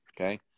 okay